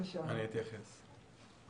אתייחס בהמשך.